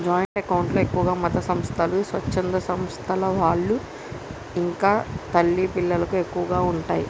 joint account లో ఎక్కువగా మతసంస్థలు, స్వచ్ఛంద సంస్థల వాళ్ళు ఇంకా తల్లి పిల్లలకు ఎక్కువగా ఉంటయ్